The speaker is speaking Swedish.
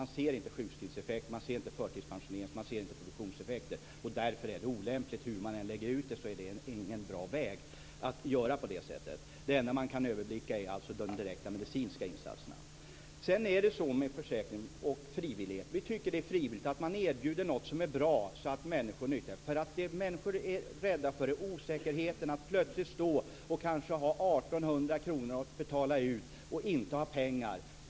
Man ser inte sjukskrivningar, förtidspensionering, produktionseffekter. Därför är det olämpligt. Hur man än lägger ut det, är det ingen bra väg att göra på det sättet. Det enda man kan överblicka är alltså de direkta medicinska insatserna. När det gäller försäkring och frivillighet tycker vi att det är frivilligt att man erbjuder något som är bra, så att människor utnyttjar det. Människor är rädda för osäkerheten att plötsligt kanske ha 1 800 kr att betala ut och inte ha pengar.